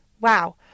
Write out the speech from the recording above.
Wow